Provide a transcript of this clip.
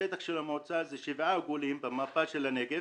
השטח של המועצה הוא שבעה עגולים במפה של הנגב